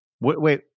Wait